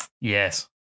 Yes